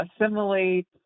assimilate